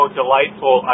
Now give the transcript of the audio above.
delightful